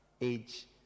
age